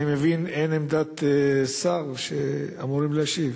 אני מבין שאין עמדת שר שאמור להשיב.